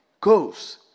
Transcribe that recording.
goes